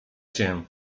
cię